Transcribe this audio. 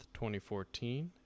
2014